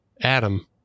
Adam